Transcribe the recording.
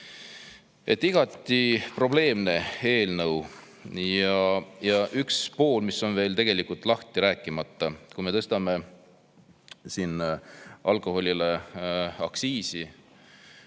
Igati probleemne eelnõu. Ja üks pool, mis on veel tegelikult lahti rääkimata, kui me tõstame alkoholiaktsiisi,